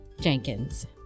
Jenkins